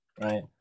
right